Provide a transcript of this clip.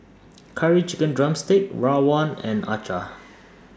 Curry Chicken Drumstick Rawon and Acar